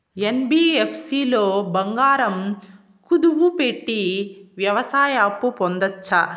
NBFC లో బంగారం కుదువు పెట్టి వ్యవసాయ అప్పు పొందొచ్చా?